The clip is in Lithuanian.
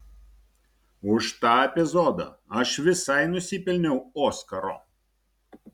už tą epizodą aš visai nusipelniau oskaro